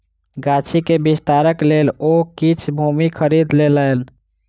गाछी के विस्तारक लेल ओ किछ भूमि खरीद लेलैन